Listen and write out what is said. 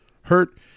hurt